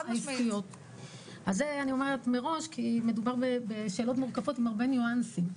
את זה אני אומרת מראש כי מדובר בשאלות מורכבות עם הרבה ניואנסים.